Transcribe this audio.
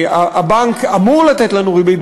הבנק אמור לתת לנו ריבית,